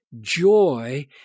joy